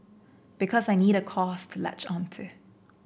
because I need a cause to latch on to